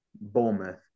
Bournemouth